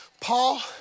Paul